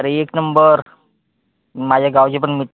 अरे एक नंबर माझ्या गावचे पण मी